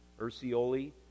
Ursioli